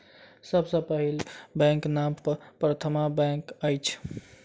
सभ सॅ पहिल बैंकक नाम प्रथमा बैंक अछि